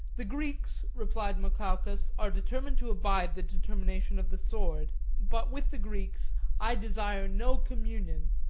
the greeks, replied mokawkas, are determined to abide the determination of the sword but with the greeks i desire no communion,